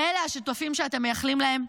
אלה השותפים שאתם מייחלים להם?